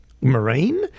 marine